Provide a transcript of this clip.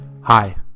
Hi